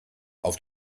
auf